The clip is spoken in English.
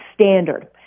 standard